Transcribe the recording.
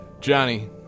Johnny